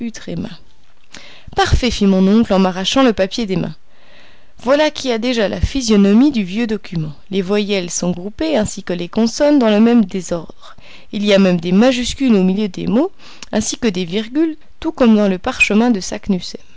parfait fit mon oncle en m'arrachant le papier des mains voilà qui a déjà la physionomie du vieux document les voyelles sont groupées ainsi que les consonnes dans le même désordre il y a même des majuscules au milieu des mots ainsi que des virgules tout comme dans le parchemin de